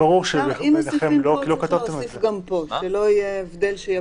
אם מוסיפים שם צריך להוסיף גם פה, שלא יהיה הבדל.